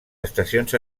estacions